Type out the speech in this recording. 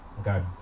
okay